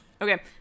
Okay